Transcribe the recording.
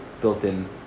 built-in